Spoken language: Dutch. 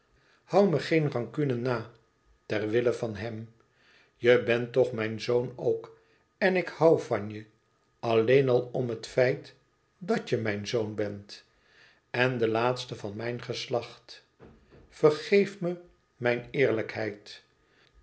me geen rancune na ter wille van hem je bent toch mijn zoon ook en ik hoû van je alleen al om het feit dàt je mijn zoon bent en de laatste van mijn geslacht vergeef me mijn eerlijkheid